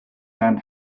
and